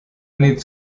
need